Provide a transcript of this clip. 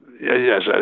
yes